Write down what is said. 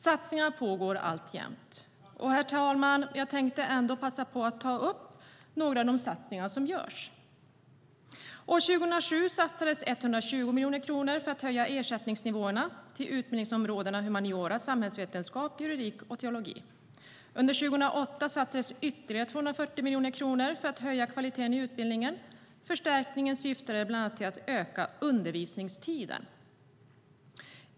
Satsningarna pågår alltjämt. Herr talman! Jag tänkte passa på att ta upp några av de satsningar som görs. År 2007 satsades 120 miljoner kronor för att höja ersättningsnivåerna till utbildningsområdena humaniora, samhällsvetenskap, juridik och teologi. Under 2008 satsades ytterligare 240 miljoner kronor för att höja kvaliteten i utbildningen. Förstärkningarna syftade bland annat till att öka undervisningstiden.